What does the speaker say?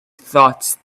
thought